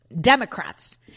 Democrats